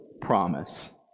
promise